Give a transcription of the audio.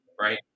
right